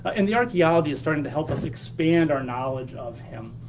and the archeology is starting to help us expand our knowledge of him.